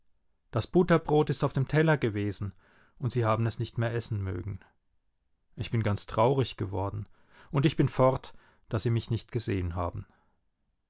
das butterbrot ist auf dem teller gewesen und sie haben es nicht mehr essen mögen ich bin ganz traurig geworden und ich bin fort daß sie mich nicht gesehen haben